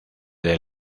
del